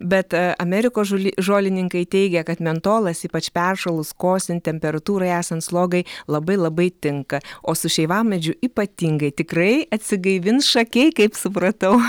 bet amerikos žoli žolininkai teigia kad mentolas ypač peršalus kosint temperatūrai esant slogai labai labai tinka o su šeivamedžiu ypatingai tikrai atsigaivins šakiai kaip supratau